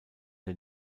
der